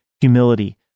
humility